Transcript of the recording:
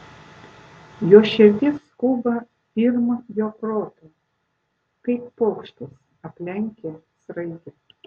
jo širdis skuba pirm jo proto kaip paukštis aplenkia sraigę